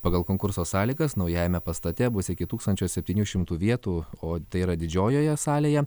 pagal konkurso sąlygas naujajame pastate bus iki tūkstančio septynių šimtų vietų o tai yra didžiojoje salėje